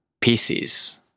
pieces